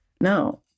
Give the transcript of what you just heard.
No